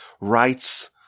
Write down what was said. rights